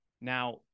Now-